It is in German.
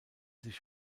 sich